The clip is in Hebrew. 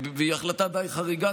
והיא החלטה די חריגה,